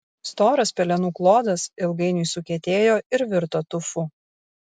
storas pelenų klodas ilgainiui sukietėjo ir virto tufu